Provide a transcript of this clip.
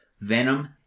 Venom